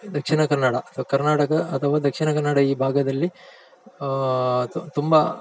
ದಕ್ಷಿಣ ಕನ್ನಡ ಅಥ್ವಾ ಕರ್ನಾಟಕ ಅಥವಾ ದಕ್ಷಿಣ ಕನ್ನಡ ಈ ಭಾಗದಲ್ಲಿ ತುಂಬ